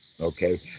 okay